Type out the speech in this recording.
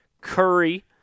Curry